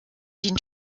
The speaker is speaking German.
dient